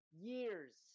years